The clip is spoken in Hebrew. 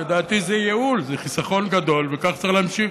לדעתי זה ייעול, זה חיסכון גדול, וכך צריך להמשיך.